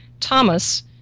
Thomas